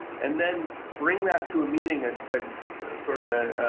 and then bring that to meeting and ah sort of